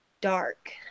dark